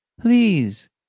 Please